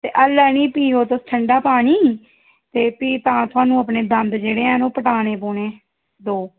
ते हाल्लें निं पिओ तुस ठंडा पानी ते भी तां थुहान्नूं अपने दंद जेह्ड़े हैन ओह् पुटाने पौने दो